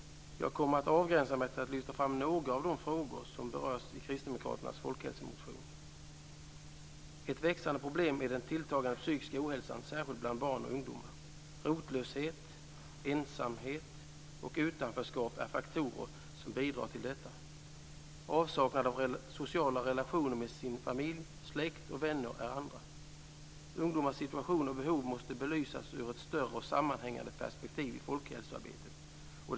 Jag kommer att begränsa mig till att lyfta fram några av de frågor som berörs i Kristdemokraternas folkhälsomotion. Ett växande problem är den tilltagande psykiska ohälsan, särskilt bland barn och ungdomar. Rotlöshet, ensamhet och utanförskap är faktorer som bidrar till detta. Avsaknad av sociala relationer med familj, släkt och vänner är andra. Ungdomars situation och behov måste belysas ur ett större och sammanhängande perspektiv i folkhälsoarbetet.